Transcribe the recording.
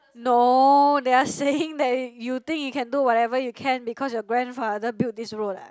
no they are saying that you think you can do whatever you can because your grandfather build this road ah